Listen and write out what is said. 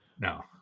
No